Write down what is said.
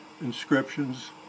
inscriptions